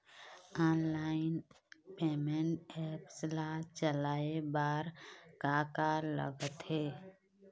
Online payment apps ला चलाए बार का का लगथे?